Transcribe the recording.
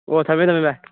ꯑꯣ ꯊꯝꯃꯦ ꯊꯝꯃꯦ ꯚꯥꯏ